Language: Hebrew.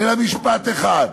אלא משפט אחד.